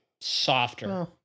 softer